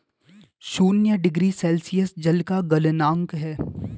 शून्य degree Celsius जल का गलनांक है